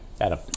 Adam